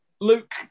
Luke